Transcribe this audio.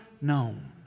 known